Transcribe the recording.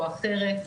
או אחרת,